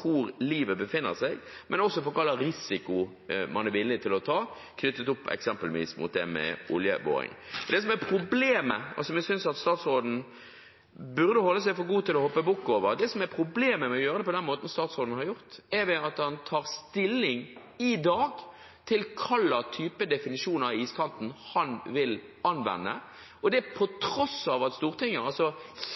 hvor livet befinner seg, og om hva slags risiko man er villig til å ta knyttet opp mot eksempelvis oljeboring. Det er et problem her, som jeg synes at statsråden burde holde seg for god til å hoppe bukk over. Det som er problemet med å gjøre det på den måten statsråden har gjort, er at han i dag tar stilling til hva slags type definisjon av iskanten han vil anvende, og det på tross av at Stortinget, altså